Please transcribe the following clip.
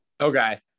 Okay